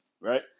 right